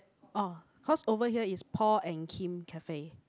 orh cause over here is Paul and Kim cafe